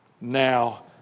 now